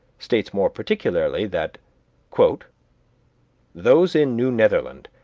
states more particularly that those in new netherland,